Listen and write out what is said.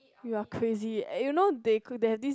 you are crazy you know they cook they this